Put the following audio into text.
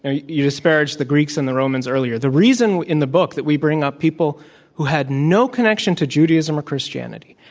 and you know, you disparaged the greeks and the romans earlier. the reason in the book that we bring up people who had no connection to judaism or christianity,